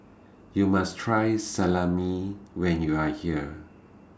YOU must Try Salami when YOU Are here